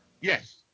Yes